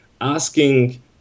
asking